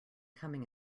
coming